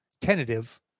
tentative